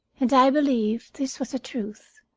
and i believe this was the truth.